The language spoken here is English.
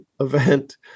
event